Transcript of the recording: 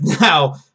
now